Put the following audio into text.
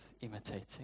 imitating